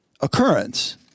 occurrence